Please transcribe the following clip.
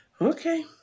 Okay